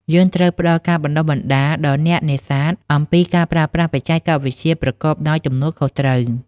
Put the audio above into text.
យើងត្រូវផ្តល់ការបណ្ដុះបណ្ដាលដល់អ្នកនេសាទអំពីការប្រើប្រាស់បច្ចេកវិទ្យាប្រកបដោយទំនួលខុសត្រូវ។